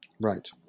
Right